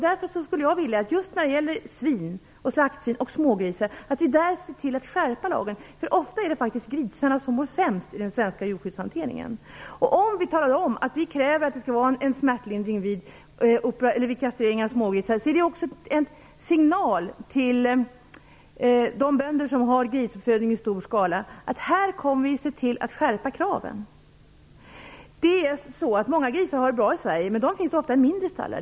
Därför skulle jag vilja att vi skärper lagen då det gäller slaktsvin och smågrisar. Ofta är det grisarna som mår sämst i den svenska djurskyddshanteringen. Om vi kräver att det skall vara smärtlindring vid kastrering av smågrisar är det en signal till de bönder som har grisuppfödning i stor skala att vi kommer att se till att skärpa kraven. Många grisar har det bra i Sverige. De finns ofta i mindre stallar.